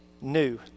new